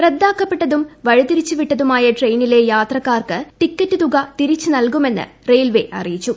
റദ്ദാക്കപ്പെട്ടതും വഴിതിരിച്ച് വിട്ടതുമായ ട്രെയിനിലെ യാത്രക്കാർക്ക് ടിക്കറ്റ് തുക തിരിച്ച് നൽകുമെന്ന് റയിൽവേ അറിയിച്ചു